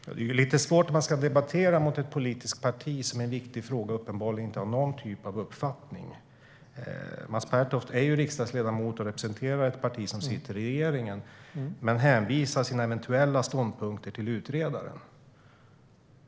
Fru talman! Det är lite svårt när man ska debattera mot ett politiskt parti som i en viktig fråga uppenbarligen inte har någon typ av uppfattning. Mats Pertoft är riksdagsledamot och representerar ett parti som sitter i regeringen men hänvisar sina eventuella ståndpunkter till utredaren.